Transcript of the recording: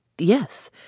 Yes